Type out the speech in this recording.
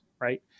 right